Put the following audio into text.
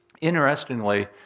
Interestingly